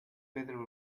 pedro